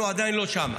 אנחנו עדיין לא שם.